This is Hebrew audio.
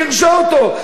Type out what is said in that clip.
גירשה אותו,